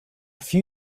few